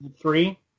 Three